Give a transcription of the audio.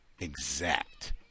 exact